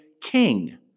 king